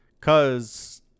cause